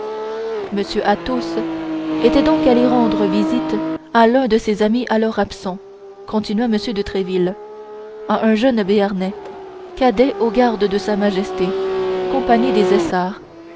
m athos était donc allé rendre visite à l'un de ses amis alors absent continua m de tréville à un jeune béarnais cadet aux gardes de sa majesté compagnie des